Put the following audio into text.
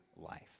life